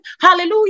Hallelujah